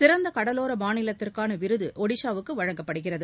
சிறந்த கடலோர மாநிலத்திற்கான விருத ஒடிஸாவுக்கு வழங்கப்படுகிறது